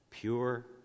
pure